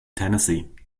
tennessee